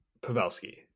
Pavelski